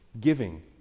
Giving